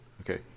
okay